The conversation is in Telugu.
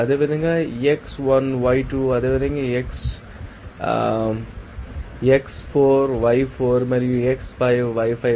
y2 అదేవిధంగా x2 y2 అదేవిధంగా x4 y4 మరియు x5 y5